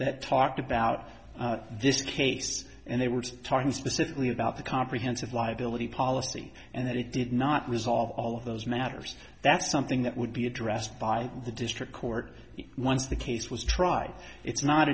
that talked about this case and they were talking specifically about the comprehensive liability policy and that it did not resolve all of those matters that's something that would be addressed by the district court once the case was tried it's not